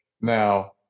now